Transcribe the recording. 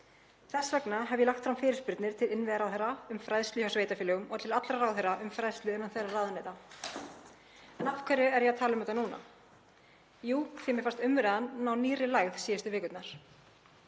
Þess vegna hef ég lagt fram fyrirspurnir til innviðaráðherra um fræðslu hjá sveitarfélögum og til allra ráðherra um fræðslu innan þeirra ráðuneyta. En af hverju er ég að tala um þetta núna? Jú, því að mér fannst umræðan ná nýrri lægð síðustu vikurnar.